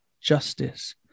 justice